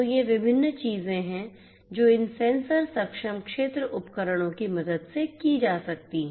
तो ये विभिन्न चीजें हैं जो इन सेंसर सक्षम क्षेत्र उपकरणों की मदद से की जा सकती हैं